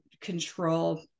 control